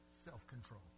self-control